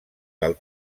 del